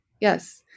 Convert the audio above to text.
Yes